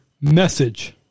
Message